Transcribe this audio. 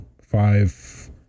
five